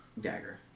dagger